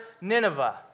Nineveh